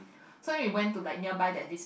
so went to like nearby there's this